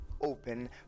open